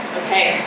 okay